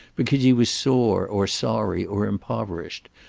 because he was sore or sorry or impoverished,